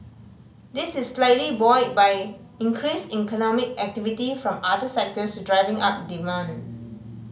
this is likely buoyed by increased economic activity from other sectors driving up demand